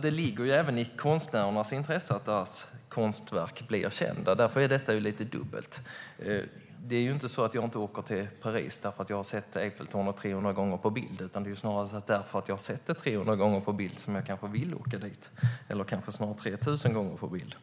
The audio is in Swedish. Det ligger även i konstnärernas intresse att deras konstverk blir kända. Därför är detta lite dubbelt. Det är inte så att jag inte åker till Paris därför att jag har sett Eiffeltornet 300 gånger på bild. Det är snarare för att jag har sett det 300 gånger på bild som jag kanske vill åka dit, eller kanske snarare 3 000 gånger på bild.